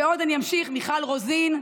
ועוד אני אמשיך: מיכל רוזין.